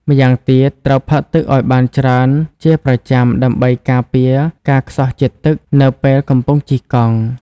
ម្យ៉ាងទៀត ត្រូវផឹកទឹកឲ្យបានច្រើនជាប្រចាំដើម្បីការពារការខ្សោះជាតិទឹកនៅពេលកំពុងជិះកង់។